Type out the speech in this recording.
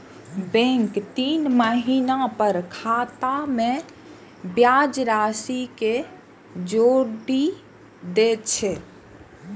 bank तीन महीना पर खाता मे ब्याज राशि कें जोड़ि दै छै